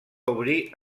obrir